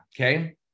Okay